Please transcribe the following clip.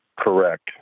Correct